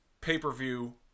pay-per-view